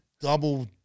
double